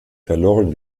verloren